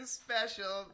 special